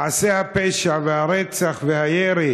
מעשי הפשע, הרצח והירי